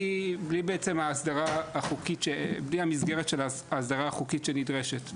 בלי המסגרת של ההסדרה החוקית שנדרשת.